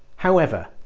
however,